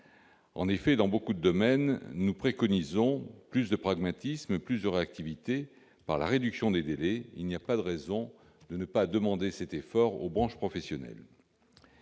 En effet, dans beaucoup de domaines, nous préconisons plus de pragmatisme, plus de réactivité par la réduction des délais. Il n'y a pas de raison de ne pas demander cet effort aux branches professionnelles.